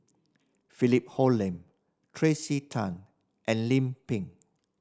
Philip Hoalim Tracey Tan and Lim Pin